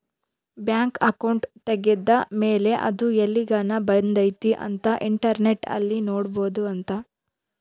bank account ತೆಗೆದ್ದ ಮೇಲೆ ಅದು ಎಲ್ಲಿಗನ ಬಂದೈತಿ ಅಂತ ಇಂಟರ್ನೆಟ್ ಅಲ್ಲಿ ನೋಡ್ಬೊದು ಅಂತ